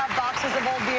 boxes of old